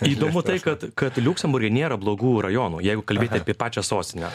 įdomu tai kad kad liuksemburge nėra blogų rajonų jeigu kalbėti apie pačią sostinę